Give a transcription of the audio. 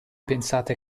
pensate